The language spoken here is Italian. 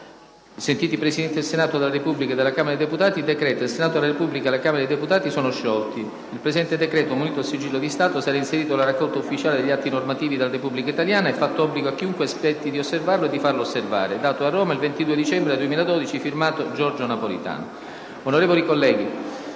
SENTITI i Presidenti del Senato della Repubblica e della Camera dei deputati; decreta Il Senato della Repubblica e la Camera dei deputati sono sciolti. Il presente decreto, munito del sigillo dello Stato, sarà inserito nella Raccolta Ufficiale degli atti normativi della Repubblica italiana. È fatto obbligo a chiunque spetti di osservarlo e di farlo osservare. Dato a Roma il 22 dicembre 2012 *F.to* Giorgio Napolitano». **Sui lavori